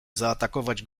zaatakować